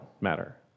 matter